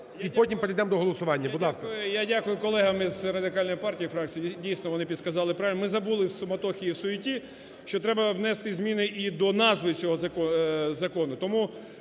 і потім перейдемо до голосування. Будь ласка.